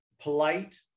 polite